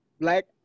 Black